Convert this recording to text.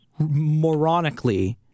Moronically